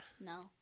no